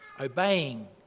Obeying